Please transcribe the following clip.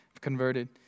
converted